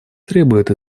требует